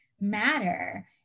matter